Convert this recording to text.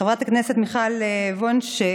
חברת הכנסת מיכל וונש,